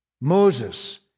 Moses